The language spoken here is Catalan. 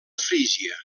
frígia